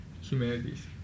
Humanities